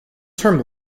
term